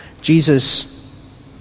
Jesus